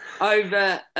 over